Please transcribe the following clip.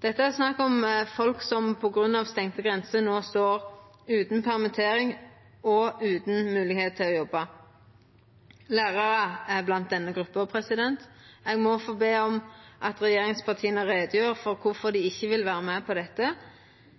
Det er snakk om folk som på grunn av stengde grenser no står utan permittering og utan moglegheit til å jobba. Lærarar er blant dei i denne gruppa. Eg må få be om at regjeringspartia gjer greie for korfor dei ikkje vil vera med på dette.